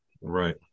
Right